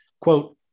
Quote